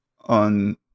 on